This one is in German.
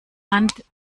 hand